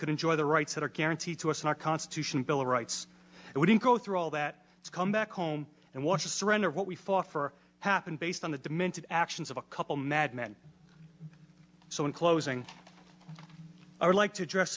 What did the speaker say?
could enjoy the rights that are guaranteed to us in our constitution bill of rights and we didn't go through all that come back home and watch a surrender of what we fought for happened based on the demented actions of a couple mad men so in closing i would like to address